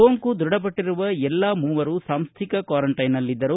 ಸೋಂಕು ದೃಢಪಟ್ಟರುವ ಎಲ್ಲಾ ಮೂವರು ಸಾಂಸ್ಟಿಕ ಕ್ವಾರಂಟೈನ್ನಲ್ಲಿದ್ದರು